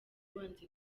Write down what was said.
wanze